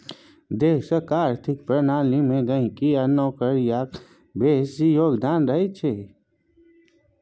देशक आर्थिक प्रणाली मे गहिंकी आ नौकरियाक बेसी योगदान रहैत छै